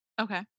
Okay